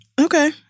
Okay